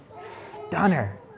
stunner